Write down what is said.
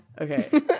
Okay